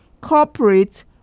corporate